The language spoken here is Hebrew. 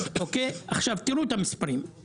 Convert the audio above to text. תראו את המספרים.